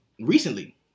recently